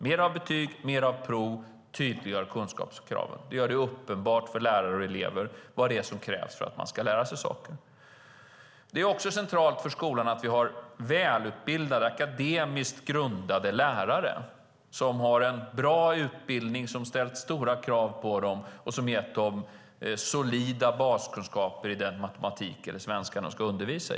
Mer betyg och mer prov tydliggör kunskapskraven och gör det uppenbart för lärare och elever vad som krävs för att man ska lära sig saker. Det är också centralt för skolan att vi har välutbildade, akademiskt grundade lärare med en bra utbildning som har ställt stora krav på dem och som har gett dem solida kunskaper i den matematik eller svenska de ska undervisa i.